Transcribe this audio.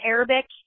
Arabic